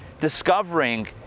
discovering